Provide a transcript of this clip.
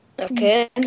Okay